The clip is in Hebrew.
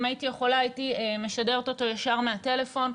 אם הייתי יכולה הייתי משדרת אותו ישר מהטלפון,